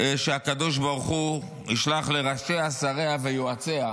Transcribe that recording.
שהקדוש ברוך הוא ישלח לראשיה, שריה ויועציה,